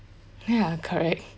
ya correct